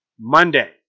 Monday